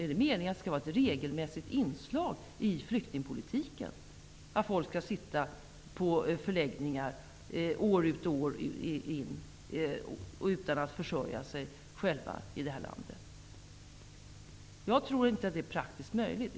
Skall det vara ett regelmässigt inslag i flyktingpolitiken att folk skall sitta på förläggningar år ut och år in utan att kunna försörja sig själva i detta land? Jag tror inte att det är praktiskt möjligt.